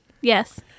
Yes